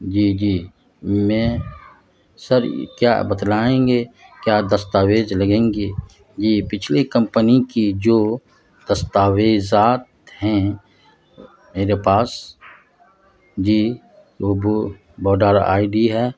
جی جی میں سر کیا بتلائیں گے کیا دستاویز لگیں گے جی پچھلی کمپنی کی جو دستاویزات ہیں میرے پاس جی ووٹر آئی ڈی ہے